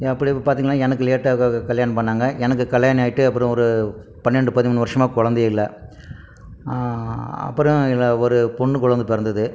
ஏன் அப்படி பார்த்திங்கன்னா எனக்கு லேட்டாக தான் கல்யாணம் பண்ணிணாங்க எனக்கு கல்யாணம் ஆயிட்டு அப்புறம் ஒரு பன்னெண்டு பதிமூணு வருஷமாக குழந்தையே இல்லை அப்புறம் ஒரு பொண்ணு குழந்த பிறந்துது